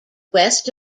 west